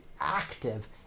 active